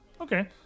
Okay